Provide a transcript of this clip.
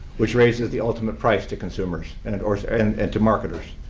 which raises the ultimate price to consumers and and and and to marketers.